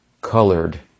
colored